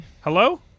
Hello